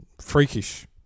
freakish